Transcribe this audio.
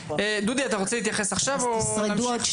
דודי אתה רוצה להתייחס עכשיו או בהמשך?